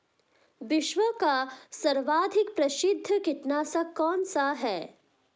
विश्व का सर्वाधिक प्रसिद्ध कीटनाशक कौन सा है?